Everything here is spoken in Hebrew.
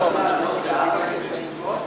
אנחנו עומדים רגע זיכרון לדמוקרטיה.